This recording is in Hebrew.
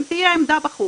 מה יקרה אם תהיה עמדה בחוץ